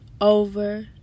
over